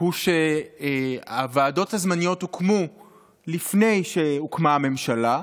הוא שהוועדות הזמניות הוקמו לפני שהוקמה הממשלה,